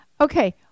Okay